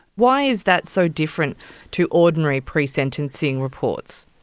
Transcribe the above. why is that so different to ordinary presentencing reports?